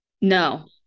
no